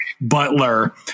butler